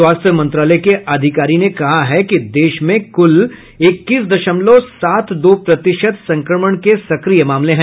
स्वास्थ्य मंत्रालय के अधिकारी ने कहा है कि देश में कुल इक्कीस दशमलव सात दो प्रतिशत संक्रमण के सक्रिय मामले हैं